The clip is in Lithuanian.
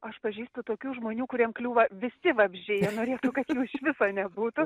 aš pažįstu tokių žmonių kuriem kliūva visi vabzdžiai jie norėtų kad jų iš viso nebūtų